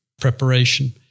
preparation